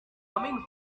coming